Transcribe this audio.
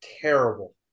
terrible